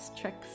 tricks